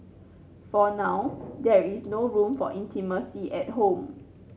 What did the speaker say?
for now there is no room for intimacy at home